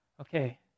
Okay